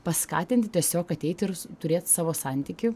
paskatinti tiesiog ateiti irs turėt savo santykį